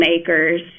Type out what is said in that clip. acres